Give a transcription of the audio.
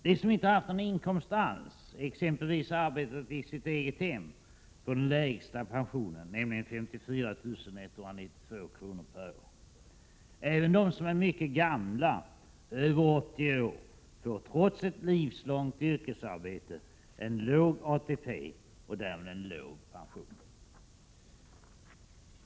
De som inte haft någon inkomst alls — exempelvis arbetat i sitt eget hem — får den lägsta pensionen, nämligen 54 192 kr. per år. Även de som är mycket gamla, över 80 år, får trots ett livslångt yrkesarbete en låg ATP och därmed en låg pension.